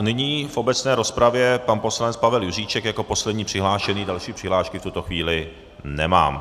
Nyní v obecné rozpravě pan poslanec Pavel Juříček jako poslední přihlášený, další přihlášky v tuto chvíli nemám.